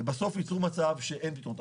ובסוף הם יצרו מצב שאין פתרונות.